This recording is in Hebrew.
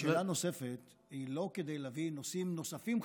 שאלה נוספת היא לא כדי להביא נושאים נוספים חדשים,